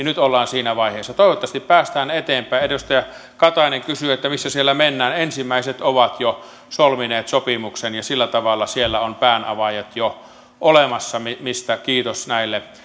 nyt ollaan siinä vaiheessa toivottavasti päästään eteenpäin edustaja katainen kysyi että missä siellä mennään ensimmäiset ovat jo solmineet sopimuksen ja sillä tavalla siellä ovat päänavaajat jo olemassa mistä mistä kiitos näille